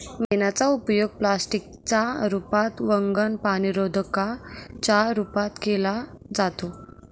मेणाचा उपयोग प्लास्टिक च्या रूपात, वंगण, पाणीरोधका च्या रूपात केला जातो